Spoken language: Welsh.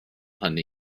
hynny